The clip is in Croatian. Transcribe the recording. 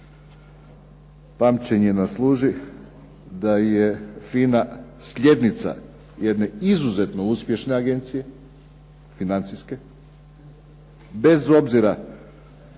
pamćenje nas služi da je FINA sljednica jedne izuzetno uspješne financijske agencije, bez obzira